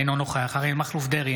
אינו נוכח אריה מכלוף דרעי,